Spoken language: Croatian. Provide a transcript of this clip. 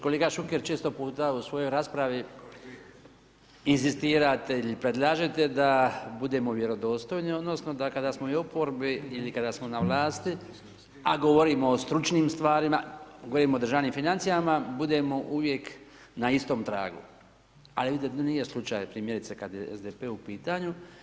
Kolega Šuker, često puta u svojoj raspravi inzistirate ili predlažete da budemo vjerodostojni, odnosno, da kada smo u oporbi ili kada smo na vlasti, a govorimo o stručnim stvarima, govorimo o državnim financijama, budemo uvijek na istom tragu, ali to nije slučaj, primjerice kada je SDP u pitanju.